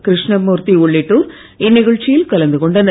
கிருஷ்ணமூர்த்தி உள்ளிட்டோர் இந்நிகழ்ச்சியில் கலந்து கொண்டனர்